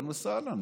אהלן וסהלן.